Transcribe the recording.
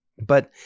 But-